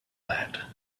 that